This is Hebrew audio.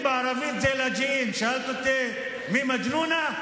שאלת אותי מי מג'נונה?